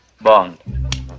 Bond